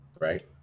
right